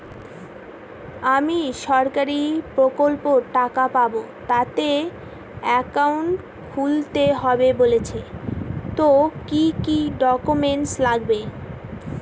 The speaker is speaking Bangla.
আমি সরকারি প্রকল্পের টাকা পাবো তাতে একাউন্ট খুলতে হবে বলছে তো কি কী ডকুমেন্ট লাগবে?